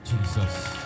Jesus